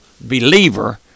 believer